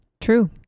True